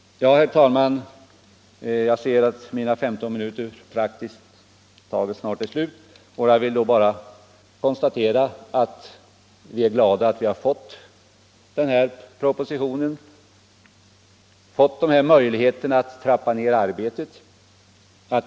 Herr talman! Jag ser att mina 15 minuter snart är slut. Jag vill då bara konstatera att vi är glada åt att vi genom propositionen har fått möjligheter att trappa ned arbetet.